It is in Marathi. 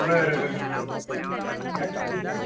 बरं बरं बरं नाही